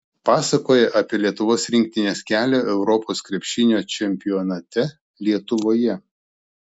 pasakoja apie lietuvos rinktinės kelią europos krepšinio čempionate lietuvoje